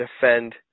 defend